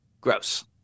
Gross